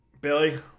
Billy